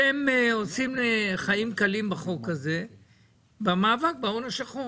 אתם עושים חיים קלים בחוק הזה במאבק בהון השחור